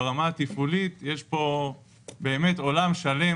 ברמה התפעולית יש פה באמת עולם שלם,